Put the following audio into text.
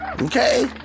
Okay